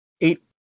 eight